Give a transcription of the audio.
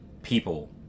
people